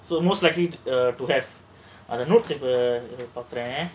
so the most likely பாக்குறேன்:paakkuraen